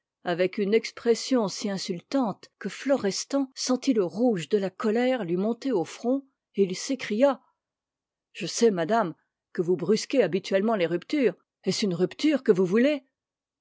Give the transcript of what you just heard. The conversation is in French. avec une expression si insultante que florestan sentit le rouge de la colère lui monter au front et il s'écria je sais madame que vous brusquez habituellement les ruptures est-ce une rupture que vous voulez